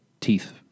teeth